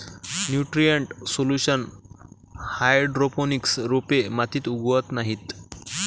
nutrient solution hydroponics रोपे मातीत उगवत नाहीत